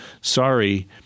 sorry